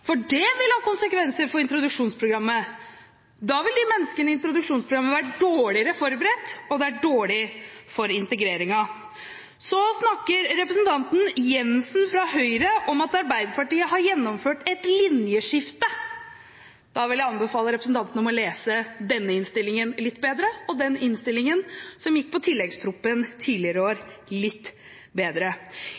Det vil ha konsekvenser for introduksjonsprogrammet. Da vil menneskene i introduksjonsprogrammet være dårligere forberedt, og det er dårlig for integreringen. Så snakker representanten Jenssen fra Høyre om at Arbeiderpartiet har gjennomført et linjeskifte. Da vil jeg anbefale representanten å lese denne innstillingen og den innstillingen som gikk på tilleggsproposisjonen tidligere i år, litt bedre.